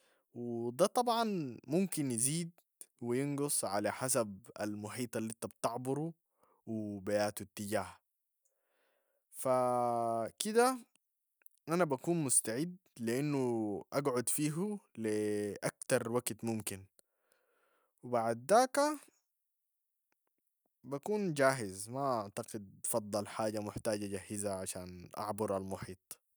و ده طبعا ممكن يزيد و ينقص على حسب المحيط الانت بتقبرو و بي ياتو اتجاه، ف- كده انا بكون مستعد لي انو اقعد فيهو لي أكتر وقت ممكن و بعد داك بكون جاهز، ما اعتقد فضل حاجة محتاجة اجاهزة عشان اعبر المحيط.